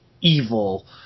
evil